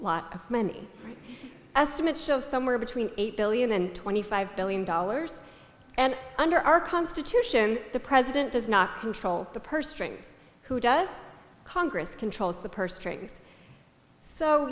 lot of money estimates show somewhere between eight billion and twenty five billion dollars and under our constitution the president does not control the purse strings who does congress controls the purse strings so